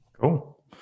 cool